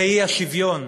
האי-שוויון,